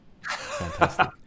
fantastic